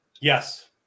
Yes